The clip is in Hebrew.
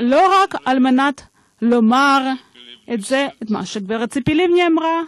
לא רק על מנת לומר את מה שגברת ציפי לבני אמרה: